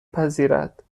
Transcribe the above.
پذیرد